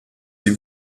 sie